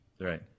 Right